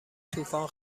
طوفان